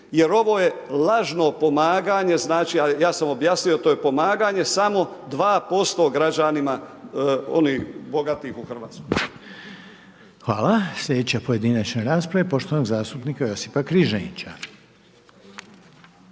jer ovo je lažno pomaganje, ja sam objasnio, to je pomaganje samo 2% građanima, onih bogatih u Hrvatskoj. **Reiner, Željko (HDZ)** Hvala. Sljedeća pojedinačna rasprava je poštovanog zastupnika Josipa Križanića.